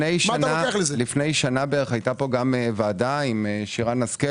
לפני שנה הייתה פה ועדה עם שרן השכל